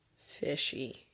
Fishy